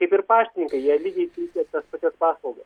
kaip ir paštininkai jie lygiai teikia tas pačias paslaugas